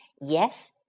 Yes